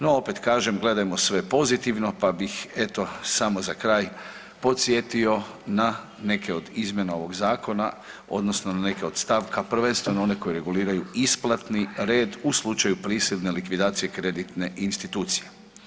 No opet kažem, gledajmo sve pozitivno pa bih eto samo za kraj podsjetio na neke od izmjena ovog zakona odnosno neke od stavka, prvenstveno one koje reguliraju isplatni red u slučaju prisilne likvidacije kreditne institucije.